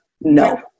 no